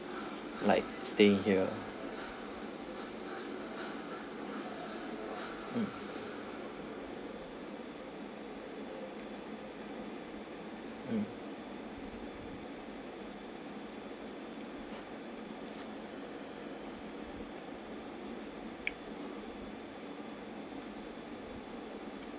like staying here mm mm